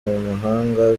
mahanga